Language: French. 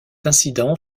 incident